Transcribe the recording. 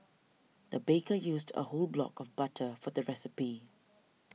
the baker used a whole block of butter for the recipe